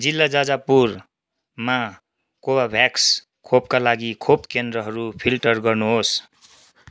जिल्ला जाजापुरमा कोभाभ्याक्स खोपका लागि खोप केन्द्रहरू फिल्टर गर्नुहोस्